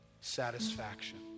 satisfaction